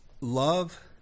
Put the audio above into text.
love